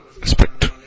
respect